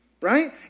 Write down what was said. Right